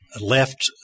Left